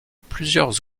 plusieurs